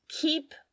Keep